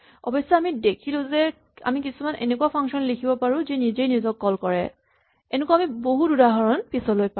অৱশেষত আমি দেখিলো যে আমি কিছুমান এনেকুৱা ফাংচন লিখিব পাৰো যি নিজেই নিজকে কল কৰে এনেকুৱা আমি বহুত উদাহৰণ পিছলৈ পাম